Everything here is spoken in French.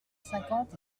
cinquante